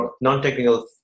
non-technical